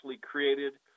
created